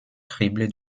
criblé